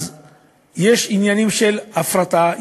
אז יש עניינים של הפרטה,